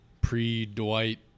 pre-Dwight